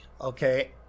okay